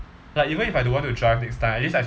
like even if I don't want to drive next time at least I